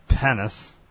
penis